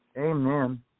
Amen